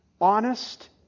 honest